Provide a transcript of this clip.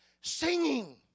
singing